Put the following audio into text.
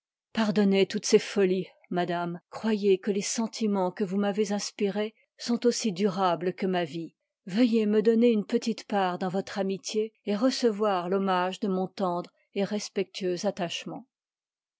pardonnez toutes ces folies madame croyez que les sentimens que vous m'avez iv m y inspirés sont aussi durables que ma vie yeuillez me donner une petite part dans votre amitié et recevoir l'hommage de mon tendre et respectueux